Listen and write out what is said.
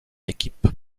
équipe